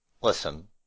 Listen